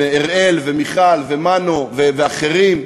עם אראל ומיכל ומנו ואחרים,